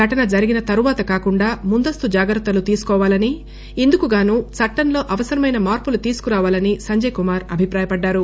ఘటన జరిగిన తర్వాత కాకుండా ముందస్తు జాగ్రత్తలు తీసుకోవాలని ఇందుకుగాను చట్టంలో అవసరమైన మార్పులు తీసుకురావాలని సంజయ్ కుమార్ అభిప్రాయపడ్లారు